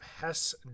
Hess